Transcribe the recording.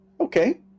Okay